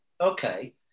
okay